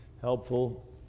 helpful